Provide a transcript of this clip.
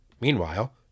Meanwhile